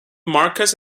marcus